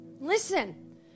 Listen